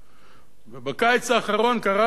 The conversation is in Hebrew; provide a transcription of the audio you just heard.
ובקיץ האחרון קרה דבר נפלא,